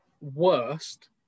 worst